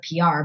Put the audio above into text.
PR